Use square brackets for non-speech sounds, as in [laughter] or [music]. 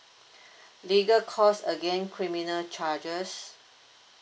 [breath] legal cost against criminal charges